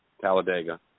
Talladega